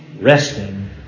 resting